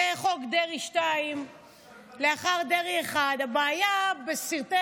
זה חוק דרעי 2 לאחר דרעי 1. הבעיה בסרטי